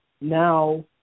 Now